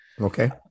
okay